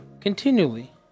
Continually